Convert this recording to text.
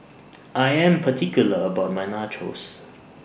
I Am particular about My Nachos